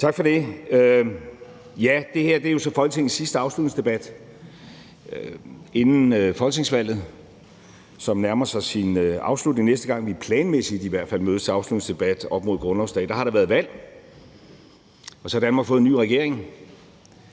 tak for det. Ja, det her er jo så Folketingets sidste debat inden folketingsvalget, som nærmer sig sin afslutning. Næste gang vi, planmæssigt i hvert fald, mødes til afslutningsdebat op mod grundlovsdag, har der været valg, og så har Danmark fået en ny regering;